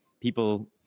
people